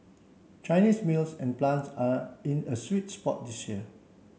Chinese mills and plants are in a sweet spot this year